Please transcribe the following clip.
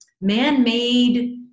man-made